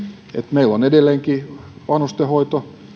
meillä on edelleenkin vanhustenhoito